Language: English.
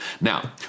Now